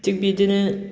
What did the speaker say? थिग बिदिनो